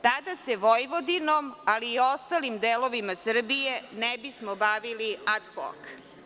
Tada se Vojvodinom, ali ostalim delovima Srbije ne bismo bavili ad hok.